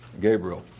Gabriel